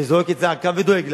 וזועק את זעקתן ודואג להן,